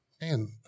man